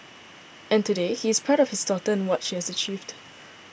and today he is proud of his daughter and what she has achieved